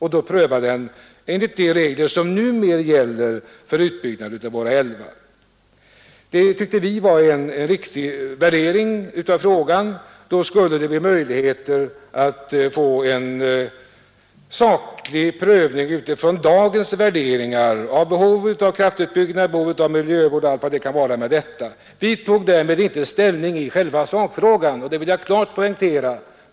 Då skulle frågan kunna prövas efter de regler som numera gäller för utbyggnad av våra älvar. Vi tyckte att detta var en riktig hantering av frågan. Då skulle det bli möjligt att få en saklig prövning utifrån dagens värderingar av behovet av kraftutbyggnad, av behovet av miljövård och allt detta. Vi skulle därmed inte ta ställning i själva sakfrågan — det vill jag klart poängtera.